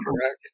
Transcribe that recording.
Correct